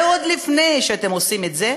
ועוד לפני שאתם עושים את זה,